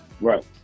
Right